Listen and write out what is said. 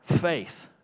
faith